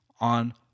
on